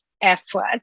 effort